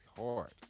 hard